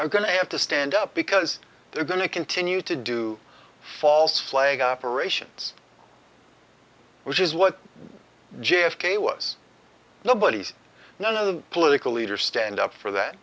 i'm going to have to stand up because they're going to continue to do false flag operations which is what j f k was nobody's none of the political leaders stand up for that